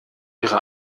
ihre